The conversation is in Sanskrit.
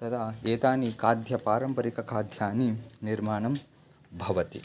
तदा एतानि खाद्यं पारम्परिकखाद्यानि निर्माणं भवति